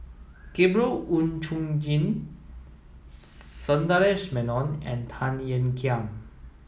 Gabriel Oon Chong Jin Sundaresh Menon and Tan Ean Kiam